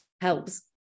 helps